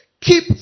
keep